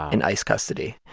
in ice custody.